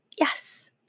Yes